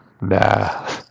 Nah